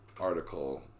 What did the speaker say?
article